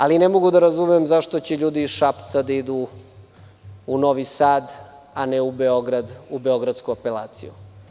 Ali, ne mogu da razumem zašto će ljudi iz Šapca da idu u Novi Sad, a ne u beogradsku apelaciju.